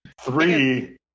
Three